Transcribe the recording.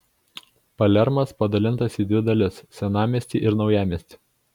palermas padalintas į dvi dalis senamiestį ir naujamiestį